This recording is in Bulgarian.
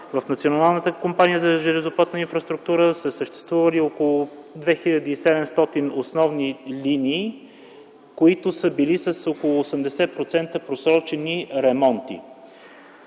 са съществували около 2700 основни линии, които са били с около 80% просрочени ремонти.